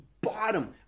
bottom